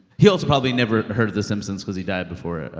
he also probably never heard of the simpsons because he died before.